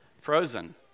Frozen